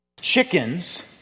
chickens